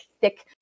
thick